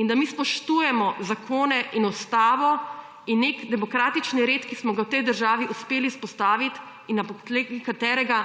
in da mi spoštujemo zakone in Ustavo in neki demokratični red, ki smo ga v tej državi uspeli vzpostaviti in na podlagi katerega